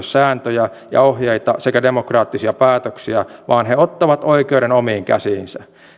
sääntöjä ja ohjeita sekä demokraattisia päätöksiä vaan he ottavat oikeuden omiin käsiinsä